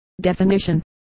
Definition